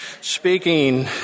Speaking